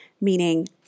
meaning